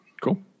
Cool